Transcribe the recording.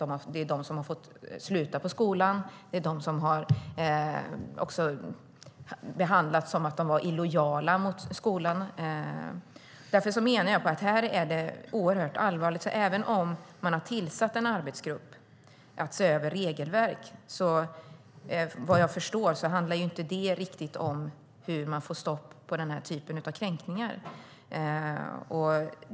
Det är de som har fått sluta på skolan och som har behandlats som illojala mot skolan. Det är allvarligt. Även om man har tillsatt en arbetsgrupp för att se över regelverk handlar det inte riktigt om att få stopp på den här typen av kränkningar.